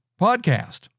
podcast